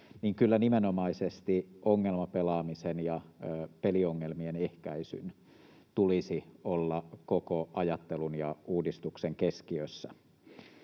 niin kyllä nimenomaisesti ongelmapelaamisen ja peliongelmien ehkäisyn tulisi olla koko ajattelun ja uudistuksen keskiössä.